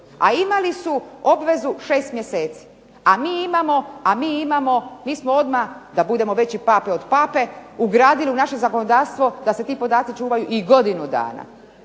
a imali su obvezu šest mjeseci, a mi imamo, mi smo odmah da budemo veći pape od Pape ugradili u naše zakonodavstvo da se ti podaci čuvaju i godinu dana.